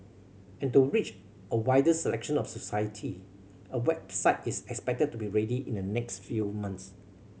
and to reach a wider selection of society a website is expected to be ready in the next few months